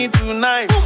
tonight